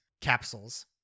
capsules